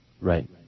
Right